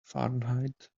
fahrenheit